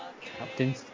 captain